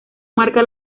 marca